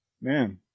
man